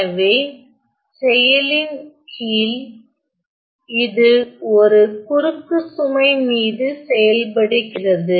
எனவே செயலின் கீழ் இது ஒரு குறுக்கு சுமை மீது செயல்படுகிறது